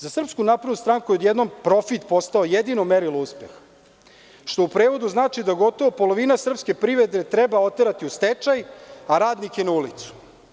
Za SNS je odjednom profit postao jedino merilo uspeha, što u prevodu znači da gotovo polovinu srpske privrede treba oterati u stečaj, a radnike na ulicu.